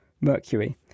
Mercury